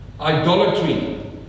Idolatry